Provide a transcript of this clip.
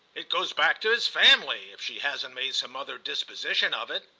it goes back to his family, if she hasn't made some other disposition of it.